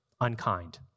unkind